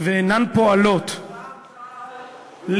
ואינן פועלות להיאבק,